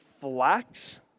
flax